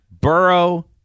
Burrow